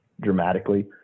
dramatically